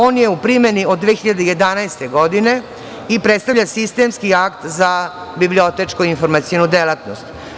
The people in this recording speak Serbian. On je u primeni od 2011. godine i predstavlja sistemski akt za bibliotečko-informacionu delatnost.